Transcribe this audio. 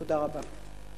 תודה רבה.